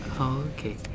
Okay